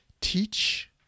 Teach